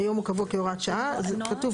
היום הוא קבוע כהוראת שעה נעה,